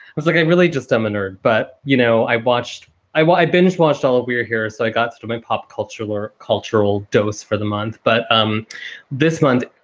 was like, i really just i'm a nerd. but, you know, i botched i well, i binge watched all we are here. so i got through my pop cultural or cultural dose for the month. but um this month,